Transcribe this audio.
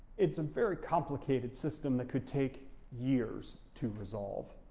it's a very complicated system that could take years to resolve.